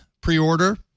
pre-order